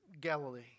Galilee